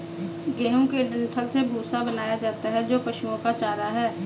गेहूं के डंठल से भूसा बनाया जाता है जो पशुओं का चारा है